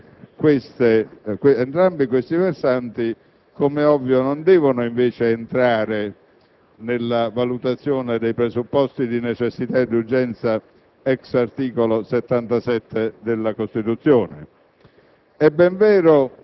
Entrambi tali versanti, com'è ovvio, non devono, invece, entrare nella valutazione dei presupposti di necessità e di urgenza*, ex* articolo 77 della Costituzione.